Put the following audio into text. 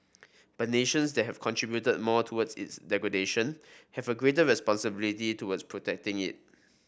but nations that have contributed more towards its degradation have a greater responsibility towards protecting it